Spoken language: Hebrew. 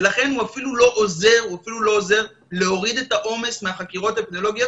ולכן הוא אפילו לא עוזר להוריד את העומס מהחקירות האפידמיולוגיות,